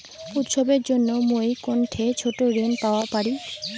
উৎসবের জন্য মুই কোনঠে ছোট ঋণ পাওয়া পারি?